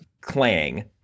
Clang